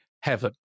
heaven